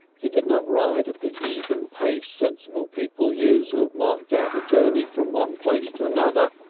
he did not ride at the even pace sensible people use who have marked out a journey from one place to another,